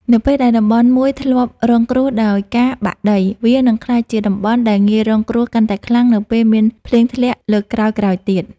នៅពេលដែលតំបន់មួយធ្លាប់រងគ្រោះដោយការបាក់ដី វានឹងក្លាយជាតំបន់ដែលងាយរងគ្រោះកាន់តែខ្លាំងនៅពេលមានភ្លៀងធ្លាក់លើកក្រោយៗទៀត។